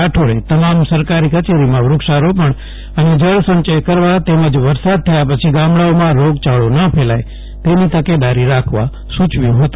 રાઠોડે તમામ સરકારી કચેરીમાં વૃક્ષારોપણ અને જળસંચય કરવા વરસાદ થયા પછી ગામડાઓમાં રોગયાળો ન ફેલાય તેની તકેદારી રાખવા સુચવ્યું તેમજ હતું